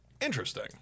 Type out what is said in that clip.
Interesting